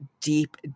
deep